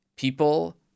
People